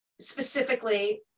specifically